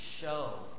show